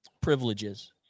privileges